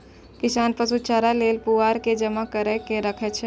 किसान पशु चारा लेल पुआर के जमा कैर के राखै छै